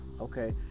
okay